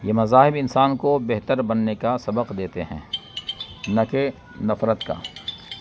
یہ مذاہب انسان کو بہتر بننے کا سبق دیتے ہیں نہ کہ نفرت کا